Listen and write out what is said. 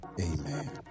amen